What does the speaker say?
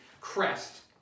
crest